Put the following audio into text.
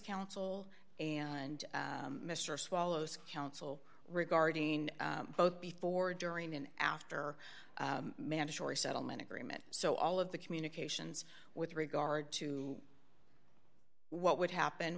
counsel and mr swallow's counsel regarding both before during and after mandatory settlement agreement so all of the communications with regard to what would happen